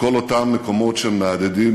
וכל אותם מקומות שמהדהדים